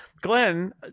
Glenn